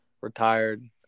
retired